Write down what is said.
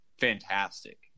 fantastic